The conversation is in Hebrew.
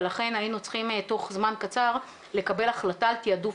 ולכן היינו צריכים תוך זמן קצר לקבל החלטה על תעדוף